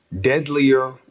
deadlier